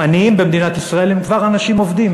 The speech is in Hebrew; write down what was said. עניים במדינת ישראל הם כבר אנשים עובדים,